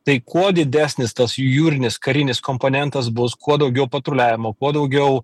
tai kuo didesnis tas jūrinis karinis komponentas bus kuo daugiau patruliavimo kuo daugiau